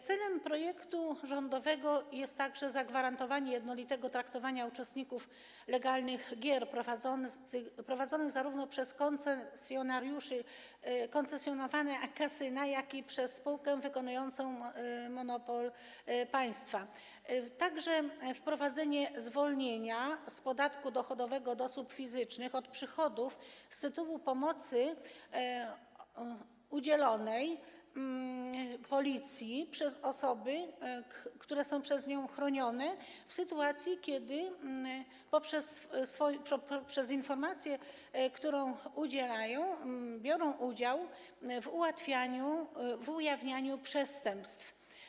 Celem projektu rządowego jest również zagwarantowanie jednolitego traktowania uczestników legalnych gier, prowadzonych zarówno przez koncesjonowane kasyna, jak i przez spółkę wykonującą monopol państwa, a także wprowadzenie zwolnienia z podatku dochodowego od osób fizycznych przychodów z tytułu pomocy udzielonej Policji przez osoby, które są przez nią chronione, w sytuacji gdy poprzez informacje, których udzielają, biorą udział w ujawnianiu przestępstw.